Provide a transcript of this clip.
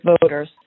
voters